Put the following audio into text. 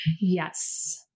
Yes